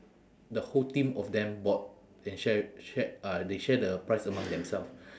the whole team of them bought and share share uh they share the price among themselves